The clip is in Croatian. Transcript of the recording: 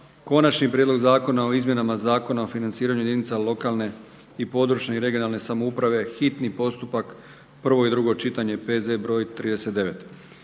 Konačni prijedlog zakona o izmjenama Zakona o financiranju jedinica lokalne i područne (regionalne) samouprave, hitni postupak, prvo i drugo čitanje, P.Z. br. 39.